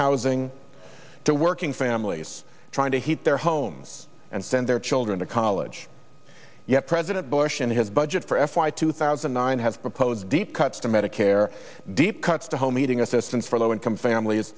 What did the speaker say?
housing to working families trying to heat their homes and send their children to college yet president bush and his budget for f y two thousand and nine have proposed deep cuts to medicare deep cuts to home heating assistance for low income families